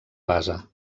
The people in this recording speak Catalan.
base